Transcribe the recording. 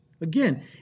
Again